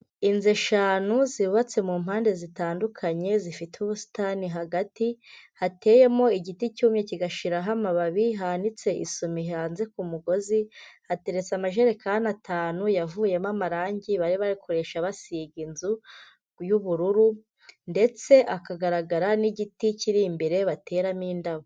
Inzu eshanu zubabatse mu mpande zitandukanye zifite ubusitani hagati, hateyemo igiti cyumye kigashiraho amababi hanitse isume hanze ku mugozi, hateretse amajerekani atanu yavuyemo amarange bari bakoresha basiga inzu y'ubururu ndetse hakagaragara n'igiti kiri imbere bateramo indabo.